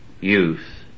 youth